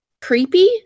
creepy